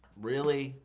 really?